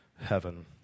heaven